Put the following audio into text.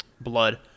blood